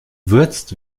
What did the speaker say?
würzt